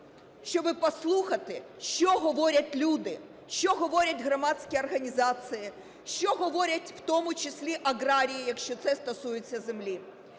щоб послухати, що говорять люди, що говорять громадські організації, що говорять в тому числі аграрії, якщо це стосується землі.